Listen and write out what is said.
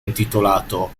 intitolato